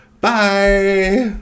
bye